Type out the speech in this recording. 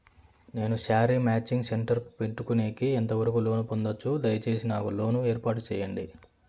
నేను sari matching centre పెట్టుకునేకి ఎంత వరకు లోను పొందొచ్చు? దయసేసి నాకు లోను ఏర్పాటు సేయండి?